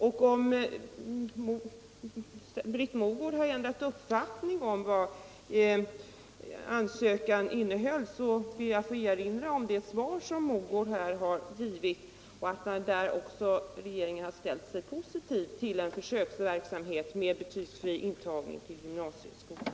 Om Britt Mogård har ändrat uppfattning när det gäller ansökans innehåll ber jag att få erinra om det svar hon här har lämnat, där det anges att regeringen ställt sig positiv till en försöksverksamhet med betygsfri intagning till gymnasieskolan.